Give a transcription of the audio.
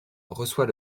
reçoit